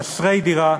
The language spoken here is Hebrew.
חסרי דירה,